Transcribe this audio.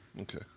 Okay